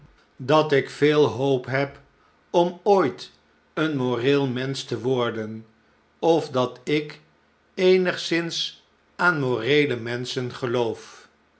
dat ik veel hoop heb om ooit een moreel mensch te worden of dat ik eenigszins aan moreele menschen geloof